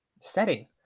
setting